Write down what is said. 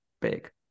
big